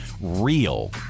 real